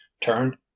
turned